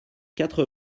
quatre